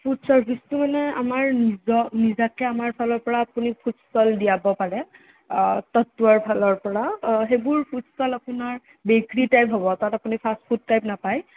food চাৰ্ভিছটো মানে আমাৰ নিজৰ নিজাকৈ আমাৰ ফালত পৰা আপুনি ফুড ষ্টল দিয়াব পাৰে ফালৰ পৰা সেইবোৰ ফুড ষ্টল আপোনাৰ বেকৰী টাইপ হ'ব তাত আপোনাৰ ফাষ্ট ফুড টাইপ নাপায়